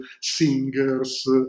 singers